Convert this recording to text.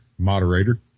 moderator